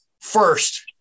first